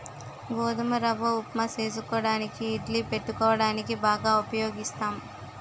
గోధుమ రవ్వ ఉప్మా చేసుకోవడానికి ఇడ్లీ పెట్టుకోవడానికి బాగా ఉపయోగిస్తాం